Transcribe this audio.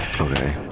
Okay